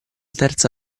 terza